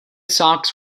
sox